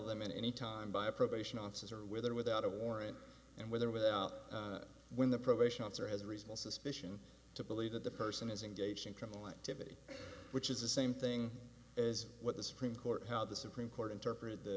of them in any time by a probation officer with or without a warrant and with or without when the probation officer has reasonable suspicion to believe that the person is engaged in criminal activity which is the same thing as what the supreme court how the supreme court interprete